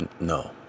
no